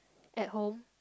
at home